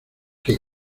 qué